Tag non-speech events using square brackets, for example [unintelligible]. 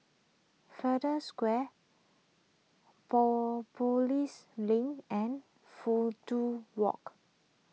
Flanders Square [unintelligible] Link and Fudu Walk